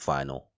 Final